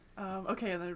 okay